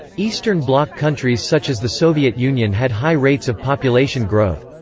eastern bloc countries such as the soviet union had high rates of population growth.